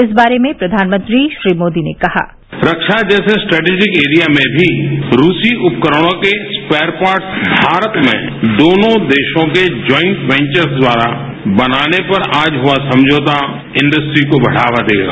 इस बारे में प्रधानमंत्री श्री मोदी ने कहा रक्षा जैसे स्ट्रैटिजिक एरिया में भी रूसी उपकरणों के स्पेयर पार्ट्स भारत में दोनों देशों के ज्वाइंट पेंचर्स द्वारा बनाने पर आज हआ समझौता इंडस्ट्रीज को बढ़ावा देगा